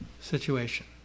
situation